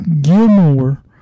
Gilmore